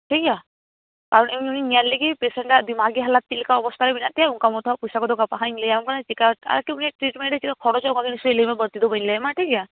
ᱴᱷᱤᱠᱜᱮᱭᱟ ᱟᱨ ᱤᱧ ᱩᱱᱤ ᱧᱮᱞ ᱞᱮᱜᱮ ᱯᱮᱥᱮᱸᱴᱟᱜ ᱫᱤᱢᱟᱜᱤ ᱦᱟᱞᱟᱛ ᱛᱮᱫ ᱞᱮᱠᱟ ᱚᱵᱚᱥᱛᱟ ᱨᱮ ᱢᱮᱱᱟᱜ ᱛᱟᱭᱟ ᱚᱝᱠᱟ ᱢᱚᱛᱚ ᱦᱟᱜ ᱯᱚᱭᱥᱟ ᱠᱚᱫᱚ ᱜᱟᱯᱟ ᱦᱟᱸᱜ ᱤᱧ ᱞᱟ ᱭᱟᱢ ᱠᱟᱱᱟ ᱪᱮᱠᱟ ᱟᱠᱤ ᱩᱱᱤᱭᱟ ᱴᱨᱤᱴᱢᱮᱱᱴ ᱮ ᱪᱮᱜᱠᱟ ᱠᱷᱚᱨᱚᱪᱚᱜ ᱞᱟ ᱭᱟᱢᱟ ᱵᱟᱝ ᱲᱛᱤ ᱫᱚ ᱵᱟ ᱧ ᱞᱟ ᱭᱟᱢᱟ ᱴᱷᱤᱠᱜᱮᱭᱟ